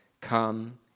come